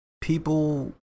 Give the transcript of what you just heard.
people